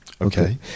Okay